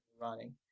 running